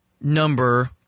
number